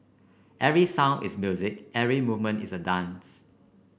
every sound is music every movement is a dance